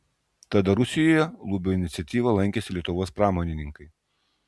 tada rusijoje lubio iniciatyva lankėsi lietuvos pramonininkai